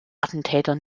attentäter